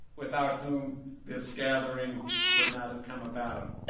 without whom this gathering would not have come about.